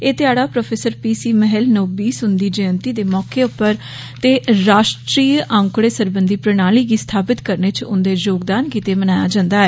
एह् ध्याड़ा prof P C Mahalanobis हुन्दी जयंति दे मौके ते राश्ट्रीय आंकड़े सरबंधी प्रणाली गी स्थापित करने च उन्दे योगदान गित्तै मनाया जन्दा ऐ